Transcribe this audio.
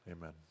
Amen